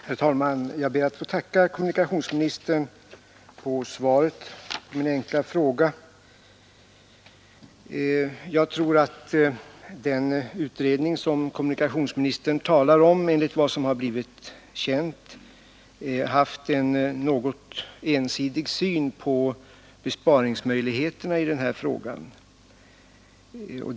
Herr talman! Jag ber att få tacka kommunikationsministern för svaret på min enkla fråga. Den utredning som kommunikationsministern talar om har väl, enligt vad som har blivit känt, haft en något ensidig syn på besparingsmöjligheterna i det här sammanhanget.